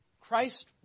Christ